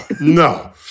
no